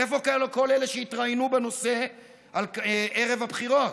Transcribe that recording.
איפה כל אלה שהתראיינו בנושא ערב הבחירות?